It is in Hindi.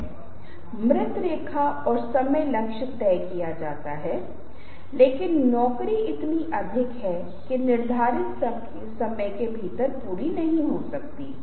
आसन और चेहरे के भाव जो आप जानते हैं आदमी को यह कम अभिमानी माना जा सकता है क्योंकि लिंग भूमिका निभाता है और महिलाओं को अधिक अभिमानी माना जा सकता है